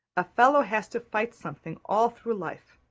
a fellow has to fight something all through life.